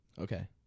Okay